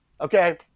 okay